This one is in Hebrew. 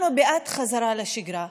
אנחנו בעד חזרה לשגרה,